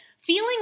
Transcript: feeling